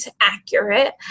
accurate